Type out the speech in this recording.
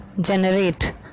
generate